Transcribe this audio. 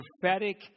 prophetic